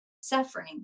suffering